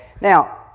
Now